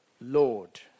Lord